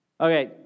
Okay